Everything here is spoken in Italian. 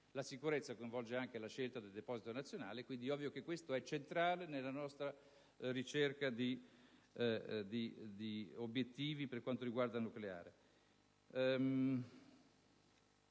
sicurezza coinvolge anche la scelta del deposito nazionale. È ovvio che questo aspetto è centrale nella nostra ricerca di obbiettivi per quanto riguarda il nucleare.